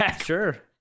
Sure